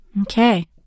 Okay